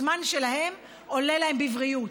הזמן שלהם עולה להם בבריאות,